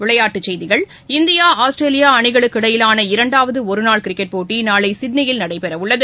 விளையாட்டுச் செய்திகள் இந்தியா ஆஸ்திரேலியாஅணிகளுக்கு இடையிலான இரண்டாவதுஒருநாள் கிரிக்கெட் போட்டிநாளைசிட்னியில் நடைபெறவுள்ளது